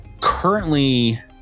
currently